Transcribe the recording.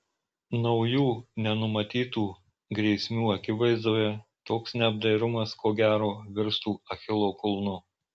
naujų nenumatytų grėsmių akivaizdoje toks neapdairumas ko gero virstų achilo kulnu